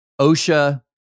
OSHA